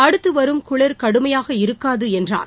அடுத்துவரும் குளிர் கடுமையாக இருக்காதுஎன்றார்